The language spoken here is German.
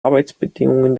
arbeitsbedingungen